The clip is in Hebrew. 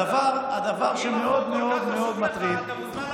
הדבר שמאוד מאוד מאוד מטריד,